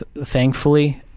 thankfully.